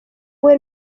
uwe